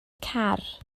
car